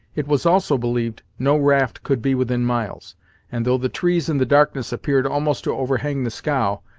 it was also believed no raft could be within miles and though the trees in the darkness appeared almost to overhang the scow,